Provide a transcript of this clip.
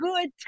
good